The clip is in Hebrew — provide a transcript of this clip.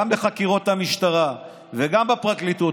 גם בחקירות המשטרה וגם בפרקליטות,